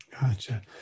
Gotcha